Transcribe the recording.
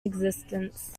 existence